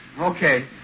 Okay